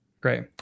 great